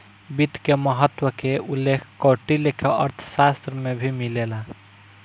वित्त के महत्त्व के उल्लेख कौटिल्य के अर्थशास्त्र में भी मिलेला